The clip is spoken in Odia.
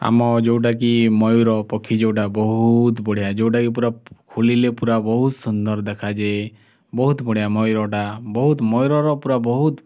ଆମ ଯେଉଁଟାକି ମୟୂର ପକ୍ଷୀ ଯେଉଁଟା ବହୁତ ବଢ଼ିଆ ଯେଉଁଟାକି ପୂରା ଖୁଲିଲେ ପୂରା ବହୁତ ସୁନ୍ଦର ଦେଖାଯାଏ ବହୁତ ବଢ଼ିଆ ମୟୂରଟା ବହୁତ ମୟୂରର ପୂରା ବହୁତ